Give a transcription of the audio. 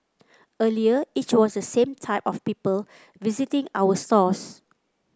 earlier it was the same type of people visiting our stores